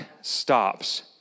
stops